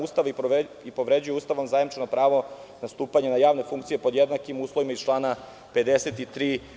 Ustava i povređuju Ustavom zajemčeno pravo na stupanja na javne funkcije pod jednakim uslovima iz člana 53.